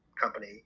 company